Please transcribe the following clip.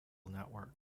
network